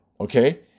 okay